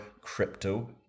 crypto